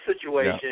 situation